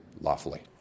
lawfully